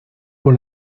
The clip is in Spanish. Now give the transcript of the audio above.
por